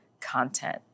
content